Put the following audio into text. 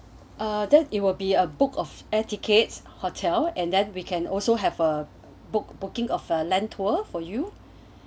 then it will be a book of air tickets hotel and then we can also have a book booking of a land tour for you